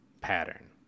pattern